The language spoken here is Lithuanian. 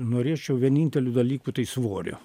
norėčiau vienintelio dalyko tai svorio